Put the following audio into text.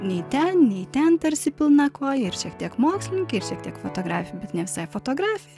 nei ten nei ten tarsi pilna koja ir šiek tiek mokslininkė šiek tiek fotografė bet ne visai fotografė